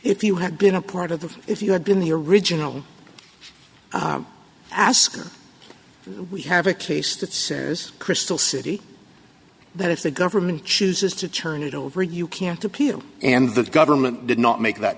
if you had been a part of if you had been the original asker we have a case that says crystal city that if the government chooses to turn it over you can't appeal and the government did not make that